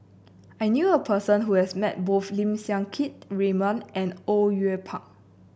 I knew a person who has met both Lim Siang Keat Raymond and Au Yue Pak